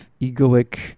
egoic